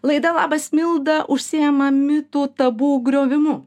laida labas milda užsiima mitų tabu griovimu